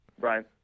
Right